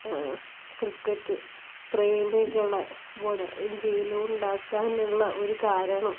cricket പ്രേമികളെ ഇവിടെ ഇന്ത്യയിലുണ്ടാക്കാനുള്ള ഒരു കാരണം